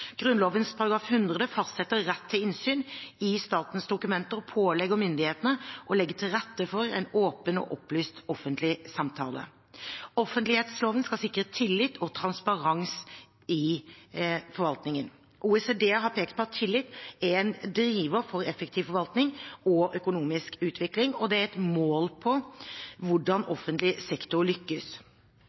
100 fastsetter rett til innsyn i statens dokumenter og pålegger myndighetene å legge til rette for en åpen og opplyst offentlig samtale. Offentlighetsloven skal sikre tillit og transparens i forvaltningen. OECD har pekt på at tillit er en driver for effektiv forvaltning og økonomisk utvikling, og det er et mål på hvordan offentlig sektor lykkes.